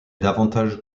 davantage